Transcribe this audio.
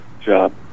job